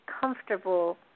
comfortable